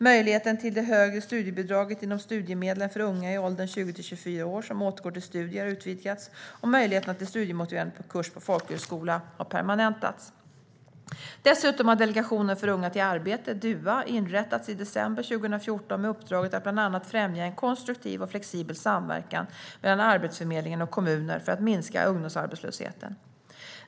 Möjligheten till det högre studiebidraget inom studiemedlen för unga i åldern 20-24 år som återgår till studier har utvidgats, och möjligheterna till studiemotiverande kurs på folkhögskola har permanentas. Dessutom har Delegationen för unga till arbete inrättats i december 2014 med uppdraget att bland annat främja en konstruktiv och flexibel samverkan mellan Arbetsförmedlingen och kommuner för att minska ungdomsarbetslösheten.